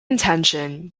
intention